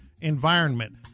Environment